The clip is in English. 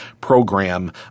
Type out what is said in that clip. Program